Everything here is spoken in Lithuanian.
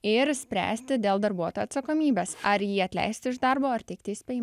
ir spręsti dėl darbuotojo atsakomybės ar jį atleisti iš darbo ar teikti įspėjim